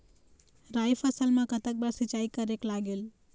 राई फसल मा कतक बार सिचाई करेक लागेल?